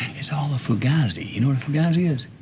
it's all a fugazi, you know what a fugazi is?